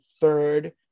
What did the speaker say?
third